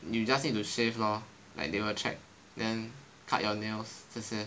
you just need to shave lor like they will check then cut your nails 这些